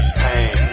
pain